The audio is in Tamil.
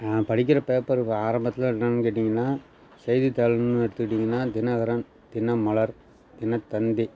நான் படிக்கிற பேப்பரு ஆரம்பத்தில் என்னன்னு கேட்டிங்கனால் செய்தித்தாள்னு எடுத்துக்கிட்டிங்கனால் தினகரன் தினமலர் தினத்தந்தி